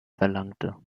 verlangte